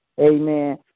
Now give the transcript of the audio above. Amen